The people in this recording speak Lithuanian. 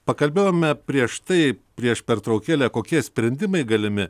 pakalbėjome prieš tai prieš pertraukėlę kokie sprendimai galimi